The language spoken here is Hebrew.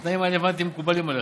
התנאים, אני הבנתי, מקובלים עליך.